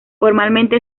formalmente